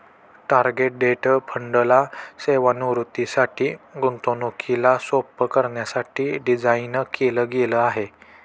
target date fund ला सेवानिवृत्तीसाठी, गुंतवणुकीला सोप्प करण्यासाठी डिझाईन केल गेल आहे